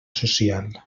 social